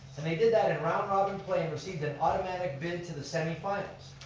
and they did that in round robin play and received an automatic bid to the semifinals.